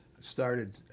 started